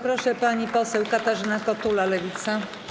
Proszę, pani poseł Katarzyna Kotula, Lewica.